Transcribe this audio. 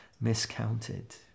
miscounted